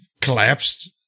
collapsed